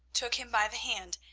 took him by the hand,